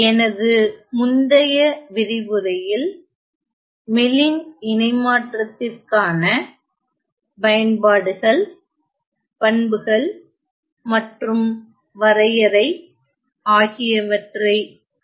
எனது முந்தைய விரிவுரையில் மெலின் இணைமாற்றத்திற்கான பயன்பாடுகள் பண்புகள் மற்றும் வரையறை ஆகியவற்றைக் கண்டோம்